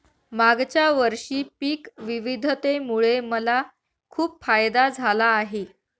मागच्या वर्षी पिक विविधतेमुळे मला खूप फायदा झाला आहे